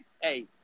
hey